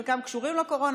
חלקם קשורים לקורונה,